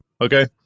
okay